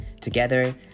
Together